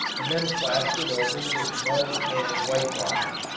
and then plastered over with mud and whitewashed.